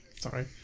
Sorry